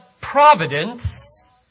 providence